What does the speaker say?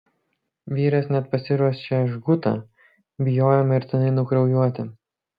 vyras net pasiruošė žgutą bijojo mirtinai nukraujuoti